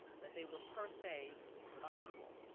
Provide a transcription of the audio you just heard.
that they were per se unequal.